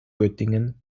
göttingen